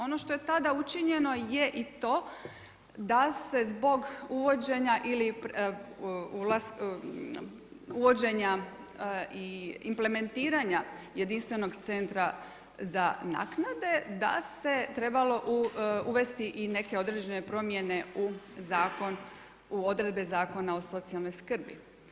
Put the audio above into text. Ono što je tada učinjeno je i to da se zbog uvođenja ili uvođenja i implementiranja jedinstvenog Centra za naknade, da se trebalo uvesti i neke određene promjene u zakon, u odredbe Zakona o socijalnoj skrbi.